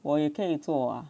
我也可以做 ah